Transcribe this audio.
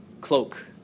cloak